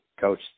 coach